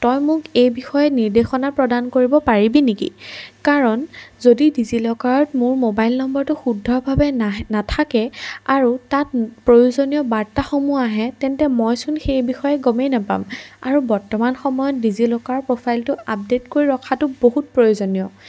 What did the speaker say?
তই মোক এই বিষয়ে নিৰ্দেশনা প্ৰদান কৰিব পাৰিবি নেকি কাৰণ যদি ডিজিলকাৰত মোৰ মোবাইল নম্বৰটো শুদ্ধভাৱে নাহে নাথাকে আৰু তাত প্ৰয়োজনীয় বাৰ্তাসমূহ আহে তেন্তে মইচোন সেই বিষয়ে গমেই নাপাম আৰু বৰ্তমান সময়ত ডিজিলকাৰৰ প্ৰফাইলটো আপডেট কৰি ৰখাটো বহুত প্ৰয়োজনীয়